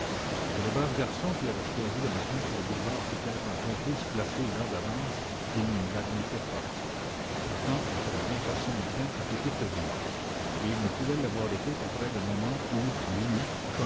que le brave garçon qu'il avait choisi le matin sur le boulevard pût être un complice placé là d'avance il fallait pourtant bien qu'arsène lupin eût été prévenu et il ne pouvait l'avoir été qu'après le moment où lui